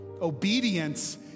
Obedience